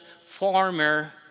farmer